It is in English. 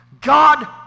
God